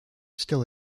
still